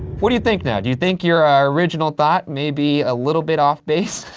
what do you think now? do you think your original thought may be a little bit off base?